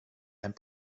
and